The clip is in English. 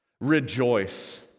Rejoice